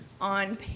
on